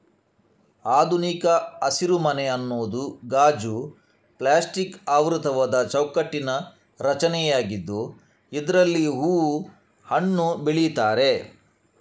ಆಧುನಿಕ ಹಸಿರುಮನೆ ಅನ್ನುದು ಗಾಜು, ಪ್ಲಾಸ್ಟಿಕ್ ಆವೃತವಾದ ಚೌಕಟ್ಟಿನ ರಚನೆಯಾಗಿದ್ದು ಇದ್ರಲ್ಲಿ ಹೂವು, ಹಣ್ಣು ಬೆಳೀತಾರೆ